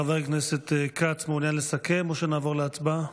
חבר הכנסת כץ מעוניין לסכם או שנעבור להצבעה?